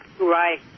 Right